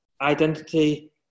identity